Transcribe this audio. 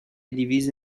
divisa